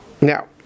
Now